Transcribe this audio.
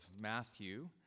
Matthew